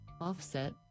offset